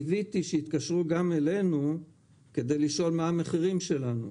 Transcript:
קיוויתי שיתקשרו גם אלינו כדי לשאול מה המחירים שלנו.